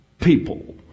people